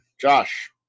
Josh